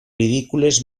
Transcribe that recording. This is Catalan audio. ridícules